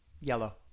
Yellow